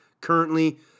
currently